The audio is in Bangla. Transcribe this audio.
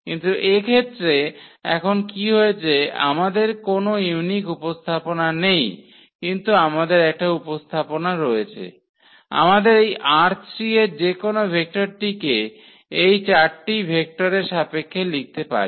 কিন্তু এক্ষেত্রে এখন কি হয়েছে আমাদের কোন ইউনিক উপস্থাপনা নেই কিন্তু আমাদের একটা উপস্থাপনা রয়েছে আমরা এই ℝ3 এর যেকোনো ভেক্টরকে এই চারটি ভেক্টরের সাপেক্ষে লিখতে পারি